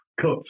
cut